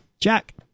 Jack